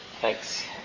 Thanks